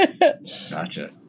Gotcha